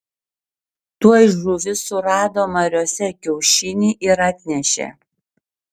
tuoj žuvys surado mariose kiaušinį ir atnešė